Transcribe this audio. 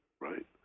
right